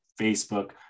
Facebook